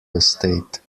estate